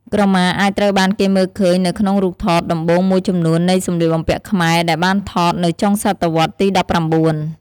ក្រមាអាចត្រូវបានគេមើលឃើញនៅក្នុងរូបថតដំបូងមួយចំនួននៃសំលៀកបំពាក់ខ្មែរដែលបានថតនៅចុងសតវត្សទីដប់ប្រាំបួន។